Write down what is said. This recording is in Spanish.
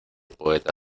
poeta